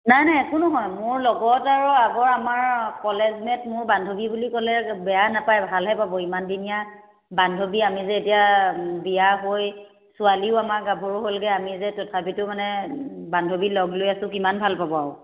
নাই নাই এইটো নহয় মোৰ লগত আৰু আগৰ আমাৰ কলেজ মেট মোৰ বান্ধৱী বুলি ক'লে বেয়া নাপায় ভালহে পাব ইমানদিনীয়া বান্ধৱী আমি যে এতিয়া বিয়া হৈ ছোৱালীও আমাৰ গাভৰুো হ'লগে আমি যে তথাপিতো মানে বান্ধৱী লগ লৈ আছোঁ কিমান ভাল পাব আৰু